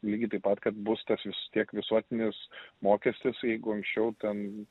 lygiai taip pat kad bus tas vis tiek visuotinis mokestis jeigu anksčiau ten